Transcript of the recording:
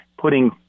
putting